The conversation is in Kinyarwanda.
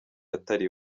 atari